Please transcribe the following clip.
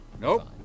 Nope